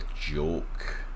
joke